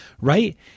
right